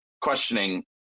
questioning